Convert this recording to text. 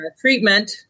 treatment